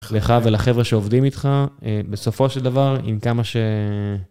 לך ולחבר'ה שעובדים איתך אה.. בסופו של דבר, עם כמה ש...